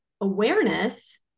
awareness